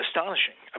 Astonishing